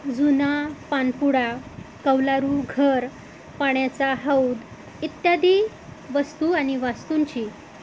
जुना पानपुडा कौलारू घर पाण्याचा हौद इत्यादी वस्तू आणि वास्तूंची